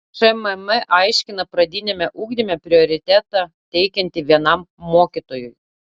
šmm aiškina pradiniame ugdyme prioritetą teikianti vienam mokytojui